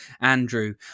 Andrew